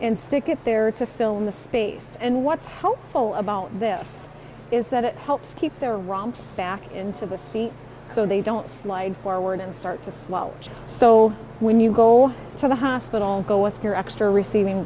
and stick it there to fill in the space and what's hopeful about this is that it helps keep their wrongs back into the sea so they don't slide forward and start to slow so when you go to the hospital go with your extra receiving